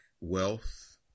wealth